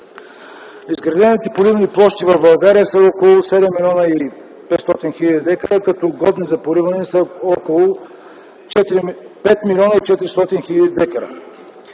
изградените поливни площи в България са около 7 млн. 500 хил. дка, като годни за поливане са около 5 млн. 400 хил. дка.